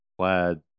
plaid